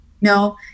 no